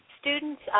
students